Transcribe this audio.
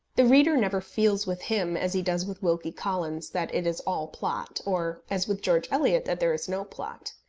the reader never feels with him, as he does with wilkie collins, that it is all plot, or, as with george eliot, that there is no plot.